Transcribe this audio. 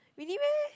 really meh